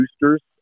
boosters